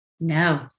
No